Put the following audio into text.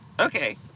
Okay